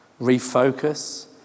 Refocus